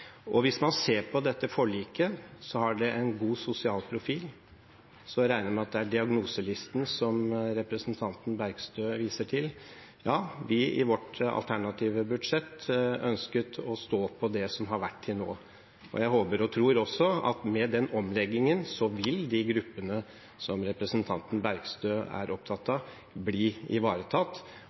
samfunnet. Hvis man ser på dette forliket, har det en god sosial profil. Jeg regner med at det er diagnoselisten som representanten Bergstø viser til. I vårt alternative budsjett ønsket vi å stå på det som har vært til nå. Jeg håper og tror at med den omleggingen vil de gruppene som representanten Bergstø er opptatt av, bli ivaretatt,